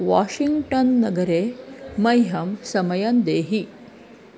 Washington नगरे मह्यं समयं देहि